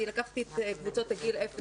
אני לקחתי את קבוצות הגיל 0 18,